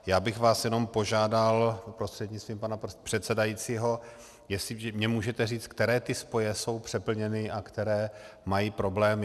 Já bych vás jenom požádal prostřednictvím pana předsedajícího, jestli mě můžete říct, které ty spoje jsou přeplněny a které mají problémy.